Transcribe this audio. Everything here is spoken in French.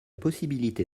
possibilité